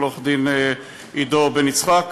לעורך-דין עידו בן-יצחק